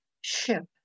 ship